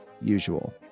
usual